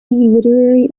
literary